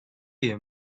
diye